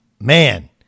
man